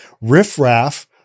riffraff